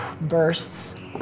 bursts